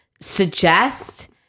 suggest